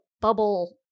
bubble